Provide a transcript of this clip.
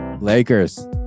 Lakers